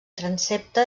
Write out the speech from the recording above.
transsepte